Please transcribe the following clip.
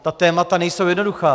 Ta témata nejsou jednoduchá.